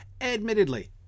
Admittedly